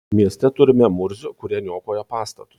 mieste turime murzių kurie niokoja pastatus